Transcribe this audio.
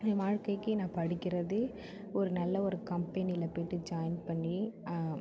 என் வாழ்க்கைக்கு நான் படிக்கிறது ஒரு நல்ல ஒரு கம்பெனியில் போய்ட்டு ஜாய்ன் பண்ணி